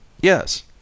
yes